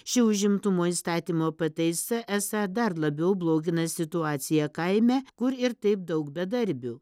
ši užimtumo įstatymo pataisa esą dar labiau blogina situaciją kaime kur ir taip daug bedarbių